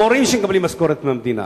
המורים שמקבלים משכורת מהמדינה,